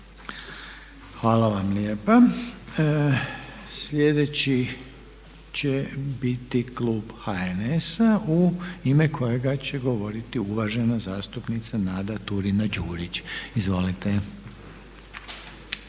Hvala vam lijepa. Sljedeći će biti klub HNS-a u ime kojega će govoriti uvažena zastupnica Nada Turina-Đurić, izvolite.